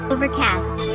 Overcast